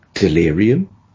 delirium